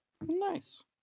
Nice